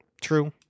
True